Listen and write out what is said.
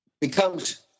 becomes